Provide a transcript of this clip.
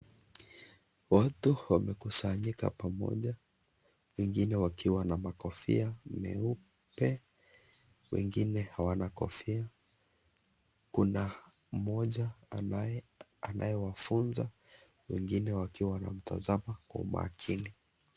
Watu wamekusanyika pamoja , wengine wakiwa na makofia meupe, wengine hawana kofia. Kuna mmoja anayewafunza wengine wakiwa wanamtazama kwa umakini.